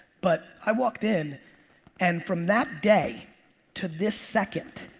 but i walked in and from that day to this second,